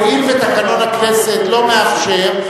הואיל ותקנון הכנסת לא מאפשר,